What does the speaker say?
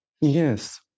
Yes